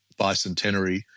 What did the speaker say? bicentenary